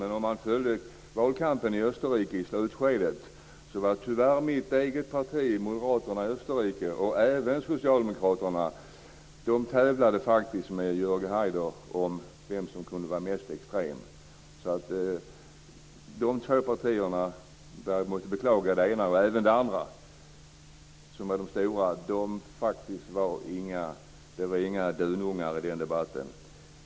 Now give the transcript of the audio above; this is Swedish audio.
Men om man följde valkampen i Österrike i slutskedet så var det tyvärr så att mitt eget parti, Österrikes moderater, och även socialdemokraterna, faktiskt tävlade med Jörg Haider om vem som kunde vara mest extrem. De två partier som är stora, där jag måste beklaga både det ena och det andra, var faktiskt inga dunungar i den debatten.